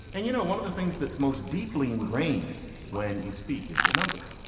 and you know, one of the things that's most deeply ingrained when you speak is your numbers.